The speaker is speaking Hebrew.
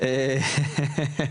הטבות לדבר הזה,